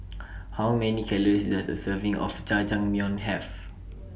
How Many Calories Does A Serving of Jajangmyeon Have